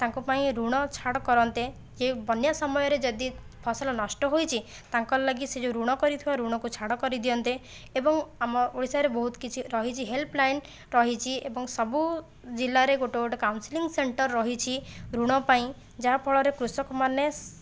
ତାଙ୍କ ପାଇଁ ଋଣ ଛାଡ଼ କରନ୍ତେ କି ବନ୍ୟା ସମୟରେ ଯଦି ଫସଲ ନଷ୍ଟ ହୋଇଛି ତାଙ୍କର ଲାଗି ସେ ଯେଉଁ ଋଣ କରିଥିବା ଋଣକୁ ଛାଡ଼ କରିଦିଅନ୍ତେ ଏବଂ ଆମ ଓଡ଼ିଶାରେ ବହୁତ କିଛି ରହିଛି ହେଲ୍ପ ଲାଇନ ରହିଛି ଏବଂ ସବୁ ଜିଲ୍ଲାରେ ଗୋଟିଏ ଗୋଟିଏ କାଉନସିଲିଂ ସେଣ୍ଟର ରହିଛି ଋଣ ପାଇଁ ଯାହାଫଳରେ କୃଷକମାନେ